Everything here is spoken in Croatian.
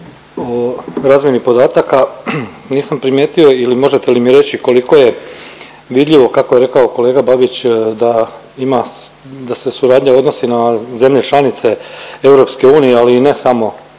o razmjeni podataka nisam primijetio ili možete li mi reći koliko je vidljivo kako je rekao kolega Babić da ima, da se suradnja odnosi na zemlje članice EU ali i ne samo